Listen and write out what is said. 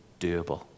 doable